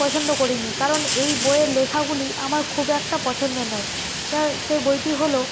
পছন্দ করিনি কারণ এই বইয়ের লেখাগুলি আমার খুব একটা পছন্দ নয় সেই বইটি হলো